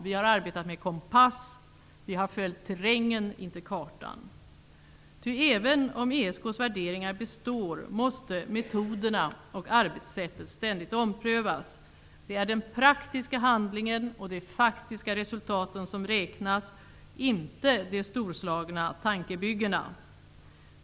Vi har arbetat med kompass, men vi har följt terrängen, inte kartan. Ty även om ESK:s värderingar består, måste metoderna och arbetssättet ständigt omprövas. Det är den praktiska handlingen och de faktiska resultaten som räknas, inte de storslagna tankebyggena eller de sinnrika rättsliga konstruktionerna.